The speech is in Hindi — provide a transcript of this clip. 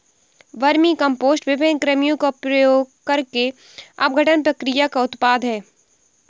वर्मीकम्पोस्ट विभिन्न कृमियों का उपयोग करके अपघटन प्रक्रिया का उत्पाद है